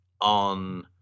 on